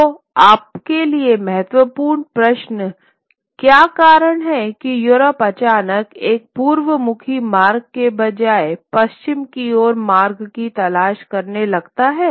तो आपके लिए महत्वपूर्ण प्रश्न क्या कारण है कि यूरोप अचानक एक पूर्वमुखी मार्ग के बजाय पश्चिम की ओर मार्ग की तलाश करने लगता है